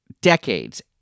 decades